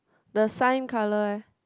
the sign colour eh